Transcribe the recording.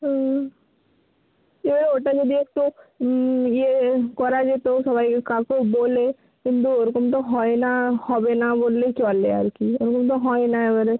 হুম এবারে ওটা যদি একটু ইয়ে করা যেতো সবাই কাউকে বলে কিন্তু ওরকম তো হয় না হবে না বললেই চলে আর কি ওরকম তো হয় না এবারে